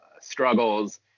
struggles